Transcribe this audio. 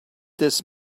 this